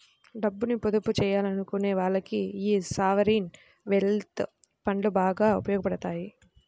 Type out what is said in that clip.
డబ్బుని పొదుపు చెయ్యాలనుకునే వాళ్ళకి యీ సావరీన్ వెల్త్ ఫండ్లు బాగా ఉపయోగాపడతాయి